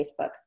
Facebook